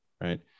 Right